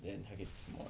then 还可以什么